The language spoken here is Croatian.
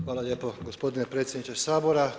Hvala lijepo gospodine predsjedniče Sabora.